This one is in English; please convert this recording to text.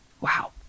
wow